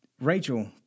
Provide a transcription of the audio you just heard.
Rachel